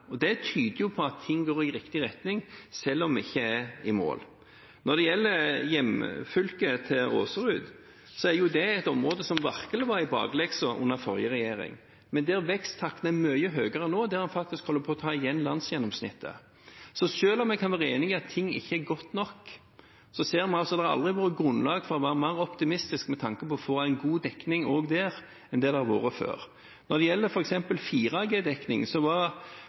Det tyder på at ting går i riktig retning, selv om vi ikke er i mål. Når det gjelder hjemfylket til Aasrud, er det et område som virkelig var i bakleksa under forrige regjering, men der veksttakten er mye høyere nå, og der en faktisk holder på å ta igjen landsgjennomsnittet. Selv om jeg kan være enig i at ting ikke er godt nok, ser vi at det aldri har vært grunnlag for å være mer optimistisk enn nå med tanke på å få en god dekning også der. Når det